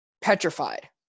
petrified